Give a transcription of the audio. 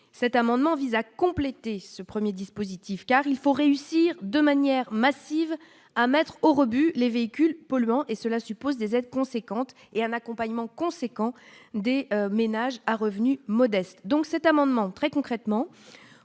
cet amendement vise à compléter ce 1er dispositif car il faut réussir de manière massive à mettre au rebut les véhicules polluants et cela suppose des aides conséquentes et un accompagnement conséquent des ménages à revenus modestes, donc cet amendement très concrètement,